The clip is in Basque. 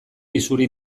isuri